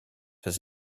has